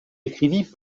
écrivit